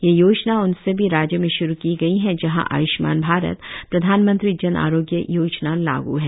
यह योजना उन सभी राज्यों में श्रू की गई है जहां आय्ष्मान भारत प्रधानमंत्री जन आरोग्य योजना लागू है